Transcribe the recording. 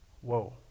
whoa